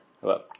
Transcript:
Hello